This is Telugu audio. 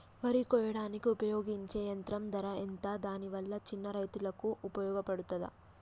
వరి కొయ్యడానికి ఉపయోగించే యంత్రం ధర ఎంత దాని వల్ల చిన్న రైతులకు ఉపయోగపడుతదా?